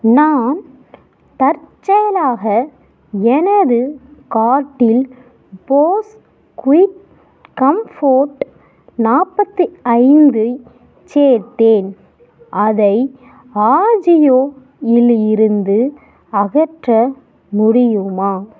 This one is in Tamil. நான் தற்செயலாக எனது கார்ட்டில் போஸ் குயிட் கம்ஃபோர்ட் நாற்பத்தி ஐந்து ஐச் சேர்த்தேன் அதை ஆஜியோ இல் இருந்து அகற்ற முடியுமா